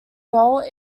role